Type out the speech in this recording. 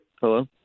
Hello